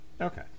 Okay